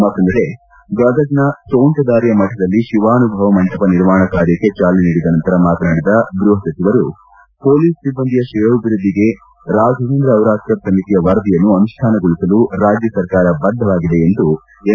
ಮತ್ತೊಂದೆಡೆ ಗದಗ್ನ ತೋಂಟದಾರ್ಯಮಠದಲ್ಲಿ ಶಿವಾನುಭವ ಮಂಟಪ ನಿರ್ಮಾಣ ಕಾರ್ಯಕ್ಕೆ ಚಾಲನೆ ನೀಡಿದ ನಂತರ ಮಾತನಾಡಿದ ಗೃಹ ಸಚಿವರು ಪೊಲೀಸ್ ಸಿಬ್ಬಂದಿಯ ಶ್ರೇಯೋಭಿವೃದ್ಧಿಗೆ ರಾಘವೇಂದ್ರ ಔರಾದ್ಕರ್ ಸಮಿತಿಯ ವರದಿಯನ್ನು ಅನುಷ್ಠಾನಗೊಳಿಸಲು ರಾಜ್ಯ ಸರ್ಕಾರ ಬದ್ಧವಾಗಿದೆ ಎಂದು ಸಚಿವ ಎಂ